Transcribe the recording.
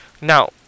Now